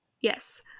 Yes